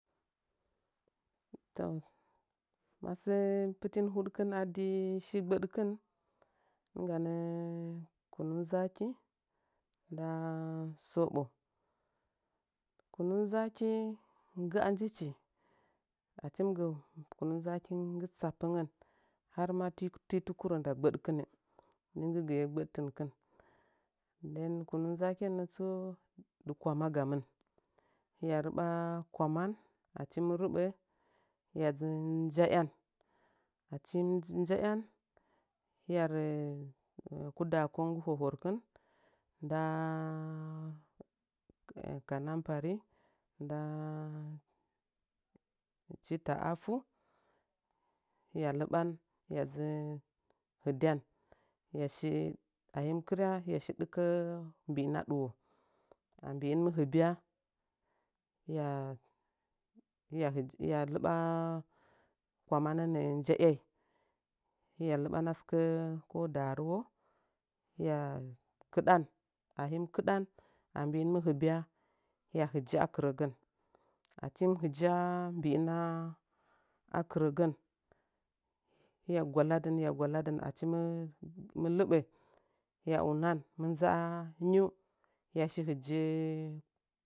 Toh ma səə pətin hudken adi shi gbəɗkin nɨngganə kunun zaaki nda səɓoh kunun zaaki ngga njichi achi mɨ gə kunun zaaki nggɨ tsapəngən har maa tii tukurə nda gbədikenɨ ring gi gɨye gbəɗtɨnkin dən kunun zaaken nətsu dɨ kwama garuin hiya riɓa kwaman achi mɨ riɓa hiya dzi nja ‘yan achi mɨ nja ‘yan hiya rə kudakung nggɨ hohorken ndaa kanampari ndaa chita afu hiya liɓan hiya dzi hɨɗyan, hiyashi a him kɨrya hiyashi dɨkə’ə mbi’inəa ɗiwo ambi’in mɨ hɨbya hiya hiya hij hiya lɨɓa kwamanə nə’ə nja yai, hiya liɓana sɨkə ko darywo hiya kɨɗan ahin kɨɗan a mbi’in mɨ hɨbya hiya hɨjə’ə akɨrəgən achi hin hɨjə’ə mbi’inəa akɨrəgən hiya gwaladen hiya gwaladin achi mɨ mi lɨɓə hiya unan mindza’a ngiu hiyashi hɨjə’ə.